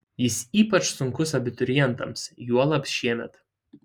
jis ypač sunkus abiturientams juolab šiemet